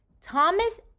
Thomas